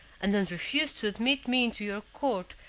and don't refuse to admit me into your court,